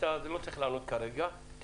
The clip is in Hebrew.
בואי נשמע אחרים.